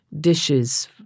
dishes